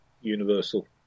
universal